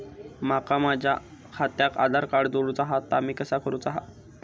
माका माझा खात्याक आधार कार्ड जोडूचा हा ता कसा करुचा हा?